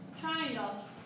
Triangle